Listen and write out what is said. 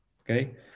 Okay